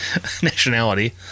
nationality